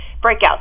breakout